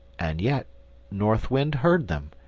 and yet north wind heard them,